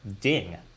ding